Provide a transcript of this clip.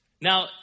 Now